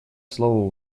слово